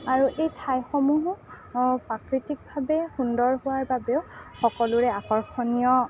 আৰু এই ঠাইসমূহো প্ৰাকৃতিকভাৱে সুন্দৰ হোৱাৰ বাবেও সকলোৰে আকৰ্ষণীয়